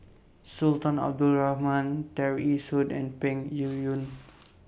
Sultan Abdul Rahman Tear Ee Soon and Peng Yuyun